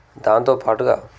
దాంతోపాటుగా